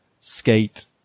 skate